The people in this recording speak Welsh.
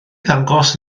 ddangos